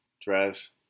Dress